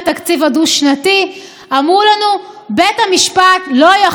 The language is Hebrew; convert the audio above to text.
אמרו לנו: בית המשפט לא יכול להתערב בחוקי-יסוד.